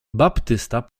baptysta